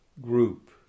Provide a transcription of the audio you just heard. group